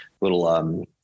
little